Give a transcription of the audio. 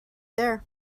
there